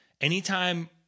Anytime